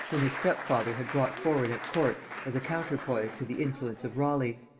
whom his step-father had brought forward at court as a counterpoise to the influence of raleigh,